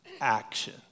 action